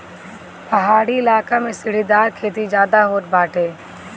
पहाड़ी इलाका में सीढ़ीदार खेती ज्यादा होत बाटे